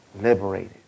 liberated